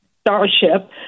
Starship